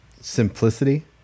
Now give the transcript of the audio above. simplicity